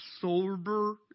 sober